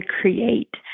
create